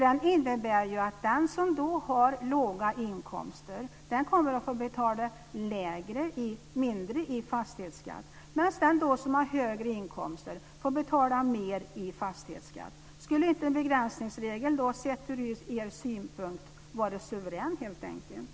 Den innebär ju att den som har låga inkomster kommer att få betala mindre fastighetsskatt, medan de som har högre inkomster får betala mer fastighetsskatt. Skulle inte begränsningsregeln från er synpunkt vara suverän helt enkelt?